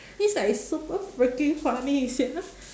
it's like super freaking funny sia